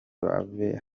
bave